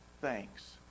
thanks